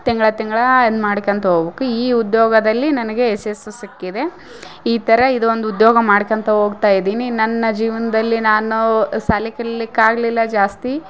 ತಿಂಗಳಾ ತಿಂಗಳಾ ಇದ್ನ ಮಾಡ್ಕ್ಯಂತಾ ಹೋಗ್ಬಕು ಈ ಉದ್ಯೋಗದಲ್ಲಿ ನನಗೆ ಯಶಸ್ಸು ಸಿಕ್ಕಿದೆ ಈ ಥರ ಇದೊಂದು ಉದ್ಯೋಗ ಮಾಡ್ಕಳ್ತಾ ಹೋಗ್ತಾ ಇದ್ದೀನಿ ನನ್ನ ಜೀವನದಲ್ಲಿ ನಾನು ಶಾಲಿ ಕಲಿಲಿಕ್ಕೆ ಆಗಲಿಲ್ಲ ಜಾಸ್ತಿ